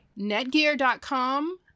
Netgear.com